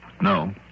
No